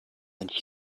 and